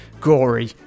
gory